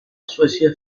suecia